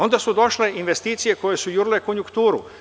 Onda su došle investicije koje su jurile konjukturu.